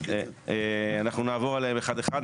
אנחנו נעבור עליהם אחד-אחד,